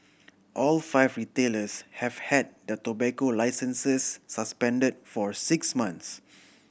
all five retailers have had the tobacco licences suspended for six months